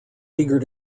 eager